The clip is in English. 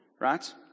right